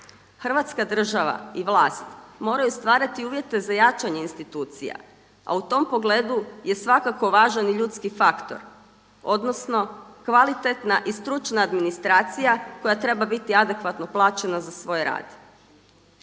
Hrvatska država i vlast moraju stvarati uvjete za jačanje institucija a u tom pogledu je svakako važan i ljudski faktor odnosno kvalitetna i stručna administracija koja treba biti adekvatno plaćena za svoj rad.